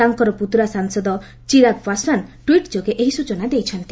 ତାଙ୍କର ପୁତୁରା ସାଂସଦ ଚିରାଗ୍ ପାଶ୍ୱୱାନ୍ ଟ୍ୱିଟ୍ ଯୋଗେ ଏହି ସ୍ବଚନା ଦେଇଛନ୍ତି